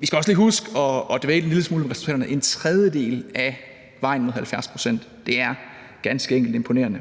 vi skal også lige huske at dvæle en lille smule ved resultaterne: En tredjedel af vejen mod 70 pct. er ganske enkelt imponerende.